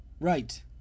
Right